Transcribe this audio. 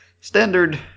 Standard